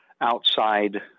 outside